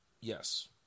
Yes